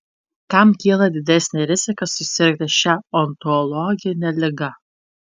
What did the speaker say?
kam kyla didesnė rizika susirgti šia onkologine liga